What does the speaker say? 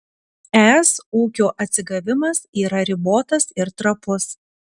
es ūkio atsigavimas yra ribotas ir trapus